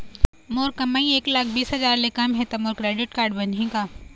मोर कमाई एक लाख बीस हजार ले कम हे त मोर क्रेडिट कारड बनही का?